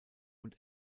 und